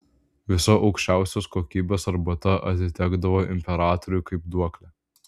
visa aukščiausios kokybės arbata atitekdavo imperatoriui kaip duoklė